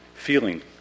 feeling